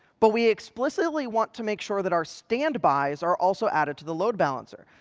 but we explicitly want to make sure that our standbys are also added to the load balancer.